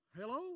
Hello